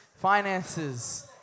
finances